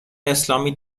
اسلامی